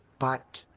but.